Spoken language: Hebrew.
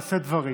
לשאת דברים.